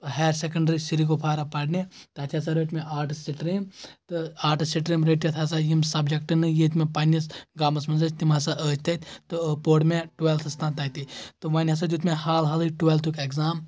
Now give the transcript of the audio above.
higher secondary Srigufwara پرنہِ تتہِ ہسا رٔٹۍ مےٚ آرٹس سٹریٖم تہٕ آٹس سٹریٖم رٔٹِتھ ہسا یِم سبجکٹ نہٕ ییٚتہِ مےٚ پنٕنِس گامس منٛز ٲسۍ تِم ہسا ٲسۍ تتہِ تہٕ پوٚر مےٚ ٹُویٚلتھس تانۍ تَتہِ تہٕ وۄنۍ ہسا دیُت مےٚ حال حالٕے ٹُویٚلتھُک ایٚکزام